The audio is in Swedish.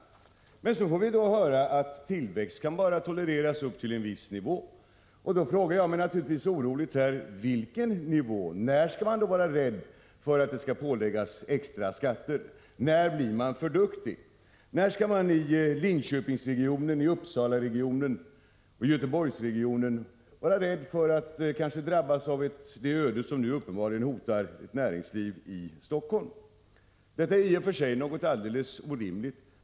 Men så får vi nu höra att tillväxt bara kan tolereras upp till en viss nivå. Då frågar jag mig oroligt: vilken nivå? När skall man vara rädd för att påläggas extra skatter? När blir man för duktig? När skall man i Linköpingsregionen, Uppsalaregionen och Göteborgsregionen börja oroa sig för att kanske drabbas av det öde som nu uppenbarligen hotar näringslivet i Stockholm? I och för sig är detta någonting alldeles orimligt.